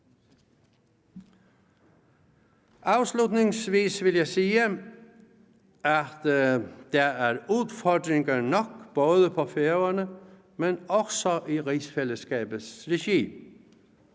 Afslutningsvis vil jeg sige, at der er udfordringer nok både på Færøerne og også i rigsfællesskabets regi.